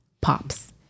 Pops